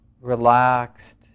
relaxed